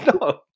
No